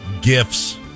Gifts